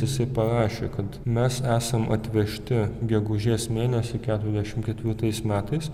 jisai parašė kad mes esam atvežti gegužės mėnesį keturiasdešimt ketvirtais metais